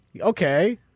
Okay